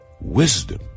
wisdom